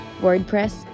WordPress